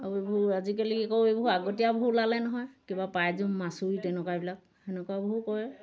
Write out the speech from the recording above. আৰু এইবোৰ আজিকালি আকৌ এইবোৰ আগতীয়াবোৰ ওলালে নহয় কিবা প্ৰায়যুম মাচুই তেনেকুৱাবিলাক সেনেকুৱাবোৰ কৰে